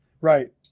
right